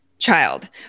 child